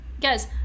guys